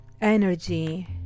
energy